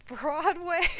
Broadway